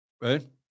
right